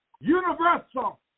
universal